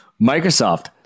Microsoft